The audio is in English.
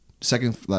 Second